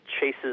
chases